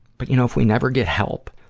but, you know, if we never get help,